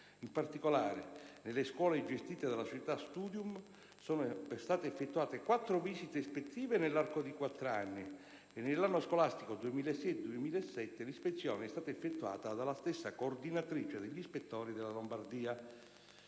In particolare, nelle scuole gestite dalla società «Studium», sono state effettuate quattro visite ispettive nell'arco di quattro anni e nell'anno scolastico 2006/2007 l'ispezione è stata effettuata dalla stessa coordinatrice degli ispettori della Lombardia.